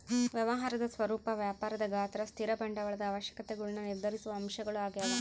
ವ್ಯವಹಾರದ ಸ್ವರೂಪ ವ್ಯಾಪಾರದ ಗಾತ್ರ ಸ್ಥಿರ ಬಂಡವಾಳದ ಅವಶ್ಯಕತೆಗುಳ್ನ ನಿರ್ಧರಿಸುವ ಅಂಶಗಳು ಆಗ್ಯವ